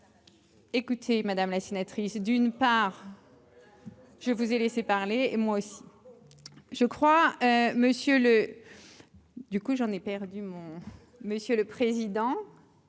écoutez, madame la sénatrice, d'une part je vous ai laissé parler moi aussi, je crois, monsieur le du coup j'en ai perdu mon monsieur le président,